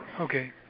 Okay